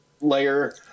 layer